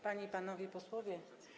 Panie i Panowie Posłowie!